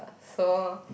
so